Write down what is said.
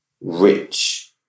rich